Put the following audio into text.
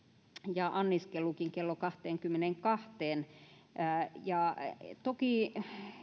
ja anniskelukin kello kahteenkymmeneenkahteen toki